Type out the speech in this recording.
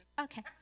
Okay